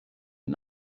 and